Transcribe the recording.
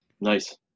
Nice